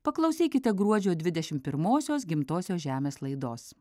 paklausykite gruodžio dvidešimt pirmosios gimtosios žemės laidos